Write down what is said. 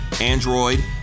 Android